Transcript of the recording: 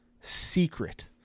secret